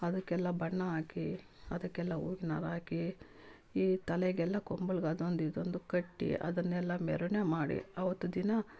ಅದಕ್ಕೆಲ್ಲ ಬಣ್ಣ ಹಾಕಿ ಅದಕ್ಕೆಲ್ಲ ಹೂವಿನಾರ ಹಾಕಿ ಈ ತಲೆಗೆಲ್ಲಾ ಕೊಂಬುಗಳ್ಗ್ ಅದೊಂದು ಇದೊಂದು ಕಟ್ಟಿ ಅದನ್ನೆಲ್ಲ ಮೆರಣೆ ಮಾಡಿ ಅವತ್ತು ದಿನ